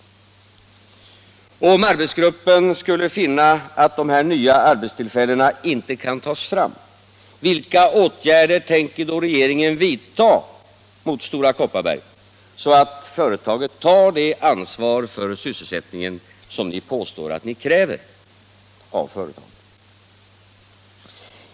Och om arbetsgruppen skulle finna att dessa nya arbetstillfällen inte kan tas fram, vilka åtgärder tänker då regeringen vidta mot Stora Kopparberg så att företaget tar det ansvar för sysselsättningen som ni påstår att ni kräver av företagen?